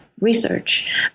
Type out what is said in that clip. research